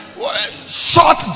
short